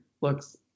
looks